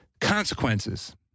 Consequences